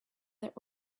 that